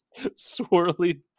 swirly